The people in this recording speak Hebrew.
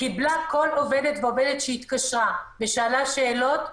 כל עובדת ועובדת שהתקשרה ושאלה שאלות,